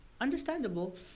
understandable